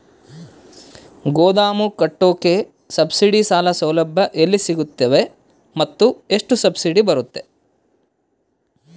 ಗೋದಾಮು ಕಟ್ಟೋಕೆ ಸಬ್ಸಿಡಿ ಸಾಲ ಸೌಲಭ್ಯ ಎಲ್ಲಿ ಸಿಗುತ್ತವೆ ಮತ್ತು ಎಷ್ಟು ಸಬ್ಸಿಡಿ ಬರುತ್ತೆ?